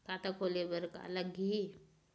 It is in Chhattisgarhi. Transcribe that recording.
खाता खोले बर का का लगही?